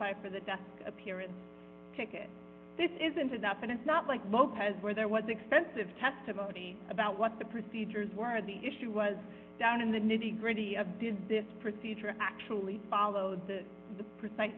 aside for the desk appearance ticket this isn't it up and it's not like lopez where there was expensive testimony about what the procedures were the issue was down in the nitty gritty of did this procedure actually followed the the precise